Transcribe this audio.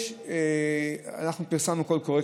אנחנו פרסמנו קול קורא,